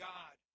God